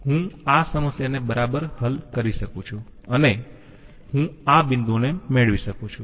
હું આ સમસ્યાને બરાબર હલ કરી શકું છું અને હું આ બિંદુઓને મેળવી શકું છું